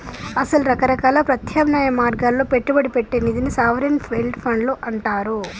అసలు రకరకాల ప్రత్యామ్నాయ మార్గాల్లో పెట్టుబడి పెట్టే నిధిని సావరిన్ వెల్డ్ ఫండ్లు అంటారు